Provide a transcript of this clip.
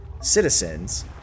citizens